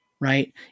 right